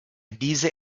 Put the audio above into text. diese